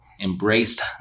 embraced